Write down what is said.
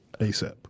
ASAP